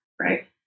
right